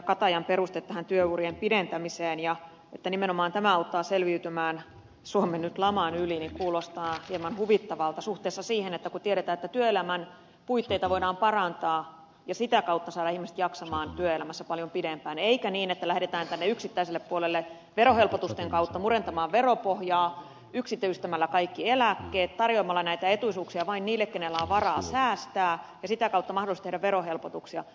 katajan peruste työurien pidentämisestä ja se että nimenomaan tämä auttaa selviytymään suomen nyt laman yli kuulostaa hieman huvittavalta suhteessa siihen kun tiedetään että työelämän puitteita voidaan parantaa ja sitä kautta saada ihmiset jaksamaan työelämässä paljon pidempään eikä niin että lähdetään tänne yksittäiselle puolelle verohelpotusten kautta murentamaan veropohjaa yksityistämällä kaikki eläkkeet tarjoamalla näitä etuisuuksia vain niille kenellä on varaa säästää ja sitä kautta mahdollisuus saada verohelpotuksia